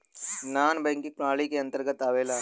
नानॅ banking प्रणाली के अंतर्गत आवेला